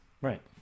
Right